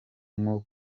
nko